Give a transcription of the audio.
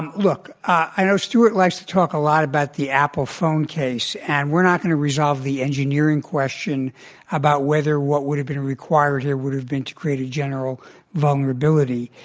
and look, i know stewart likes to talk a lot about the apple phone case. and we're not going to resolve the engineering question about whether what would have been required would have been to create a general vulnerability.